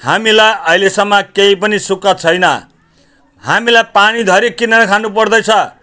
हामीलाई अहिलेसम्म केही पनि सुख छैन हामीलाई पानीधरि किनेर खानु पर्दैछ